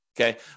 Okay